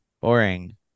Boring